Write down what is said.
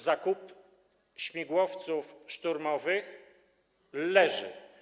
Zakup śmigłowców szturmowych leży.